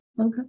Okay